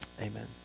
Amen